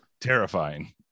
terrifying